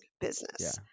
business